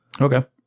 Okay